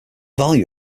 value